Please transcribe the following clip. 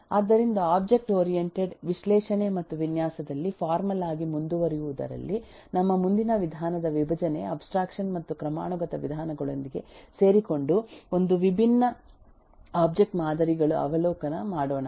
ಆದ್ದರಿಂದ object oriented ವಿಶ್ಲೇಷಣೆ ಮತ್ತು ವಿನ್ಯಾಸದಲ್ಲಿ ಫಾರ್ಮಲ್ ಆಗಿ ಮುಂದುವರಿಯುವುದರಲ್ಲಿ ನಮ್ಮ ಮುಂದಿನ ವಿಧಾನದ ವಿಭಜನೆ ಅಬ್ಸ್ಟ್ರಾಕ್ಷನ್ ಮತ್ತು ಕ್ರಮಾನುಗತ ವಿಧಾನಗಳೊಂದಿಗೆ ಸೇರಿಕೊಂಡು ಒಂದು ವಿಭಿನ್ನ ಒಬ್ಜೆಕ್ಟ್ ಮಾದರಿಗಳು ಅವಲೋಕನ ಮಾಡೋಣ